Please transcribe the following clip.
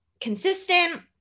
consistent